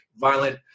violent